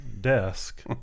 desk